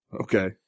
Okay